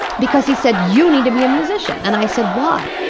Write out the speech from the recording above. because he said, you need to be a musician. and i said, why?